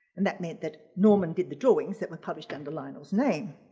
and that meant that norman did the drawings that were published under lionel's name.